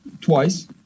twice